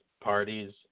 parties